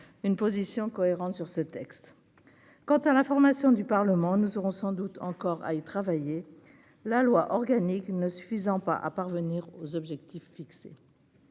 une position cohérente sur ce texte, quant à l'information du Parlement, nous aurons sans doute encore à y travailler, la loi organique ne suffisant pas à parvenir aux objectifs fixés